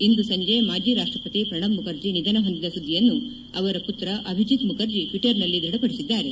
ಇಂದು ಸಂಜೆ ಮಾಜಿ ರಾಷ್ಟ ಪತಿ ಪ್ರಣಬ್ ಮುಖರ್ಜಿ ನಿಧನ ಹೊಂದಿದ ಸುದ್ದಿಯನ್ನು ಅವರ ಪುತ್ರ ಅಭಿಜಿತ್ ಮುಖರ್ಜಿ ಟ್ವಿಟರ್ನಲ್ಲಿ ದೃಢಪಡಿಸಿದ್ದಾರೆ